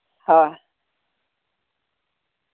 ᱦᱮᱸ